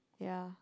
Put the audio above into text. ya